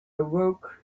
awoke